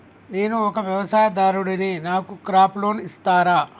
నేను ఒక వ్యవసాయదారుడిని నాకు క్రాప్ లోన్ ఇస్తారా?